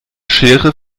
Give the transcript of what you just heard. schere